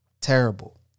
Terrible